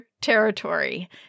Territory